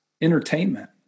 entertainment